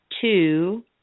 two